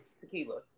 tequila